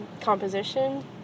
composition